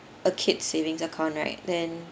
a kid's saving account right then